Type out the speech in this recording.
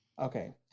Okay